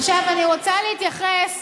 עכשיו, אני רוצה להתייחס